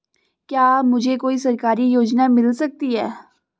क्या मुझे कोई सरकारी योजना मिल सकती है?